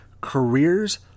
careers